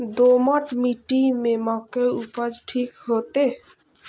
दोमट मिट्टी में मक्के उपज ठीक होते?